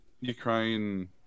Ukraine